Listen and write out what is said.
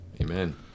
Amen